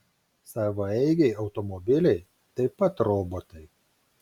savaeigiai automobiliai taip pat robotai